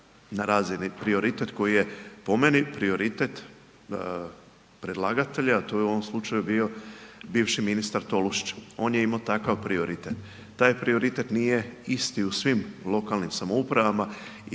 na razini prioritet koji je po meni prioritet predlagatelja, a to je u ovom slučaju bio bivši ministar Tolušić, on je imao takav prioritet. Taj prioritet nije isti u svim lokalnim samoupravama i